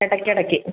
ഇടയ്ക്കിടയ്ക്ക്